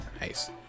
Nice